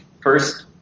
first